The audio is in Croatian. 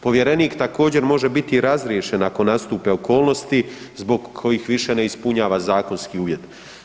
Povjerenik također može biti i razriješen ako nastupe okolnosti zbog kojih više ne ispunjava zakonski uvjet.